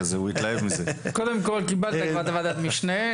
קודם כול, קיבלת ועדת משנה.